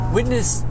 Witness